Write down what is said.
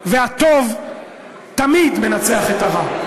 והטוב תמיד מנצח את הרע.